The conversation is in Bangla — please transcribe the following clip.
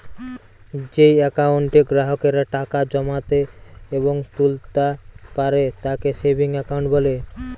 যেই একাউন্টে গ্রাহকেরা টাকা জমাতে এবং তুলতা পারে তাকে সেভিংস একাউন্ট বলে